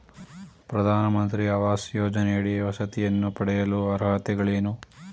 ಪ್ರಧಾನಮಂತ್ರಿ ಆವಾಸ್ ಯೋಜನೆಯಡಿ ವಸತಿಯನ್ನು ಪಡೆಯಲು ಅರ್ಹತೆಗಳೇನು?